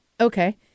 Okay